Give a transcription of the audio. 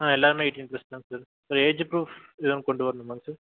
ஆ எல்லாருமே eighteen plus தான் sir age proof எதாவது கொண்டு வரணுமாங்க சார்